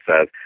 says